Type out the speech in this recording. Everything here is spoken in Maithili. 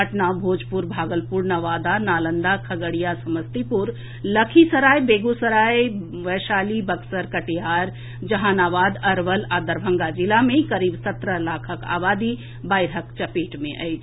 पटना भोजपुर भागलपुर नवादा नालंदा खगड़िया समस्तीपुर लखीसराय बेगूसराय वैशाली बक्सर कटिहार जहानाबाद अरवल आ दरभंगा जिला मे करीब सत्रह लाखक आबादी बाढिक चपेट मे अछि